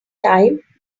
time